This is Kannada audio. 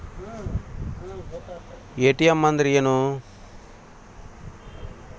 ಎ.ಟಿ.ಎಂ ಅಂದ್ರ ಏನು?